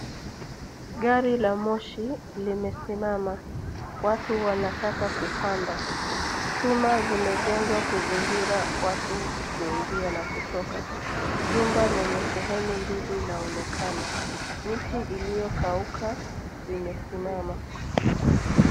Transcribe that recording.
Gari la moshi limesimama na watu wanataka kupanda. Vyuma vimejengwa kuzunguka sehemu za kuingia na kutoka. Jumba lenye sehemu mbili linaonekana, na miti iliyokauka imesimama karibu.